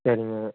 சரிங்க